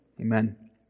Amen